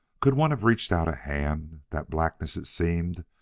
could one have reached out a hand, that blackness, it seemed,